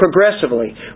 progressively